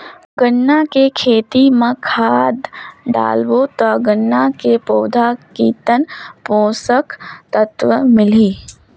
गन्ना के खेती मां खाद डालबो ता गन्ना के पौधा कितन पोषक तत्व मिलही?